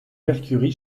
mercury